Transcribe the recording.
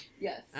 yes